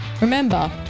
Remember